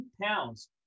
pounds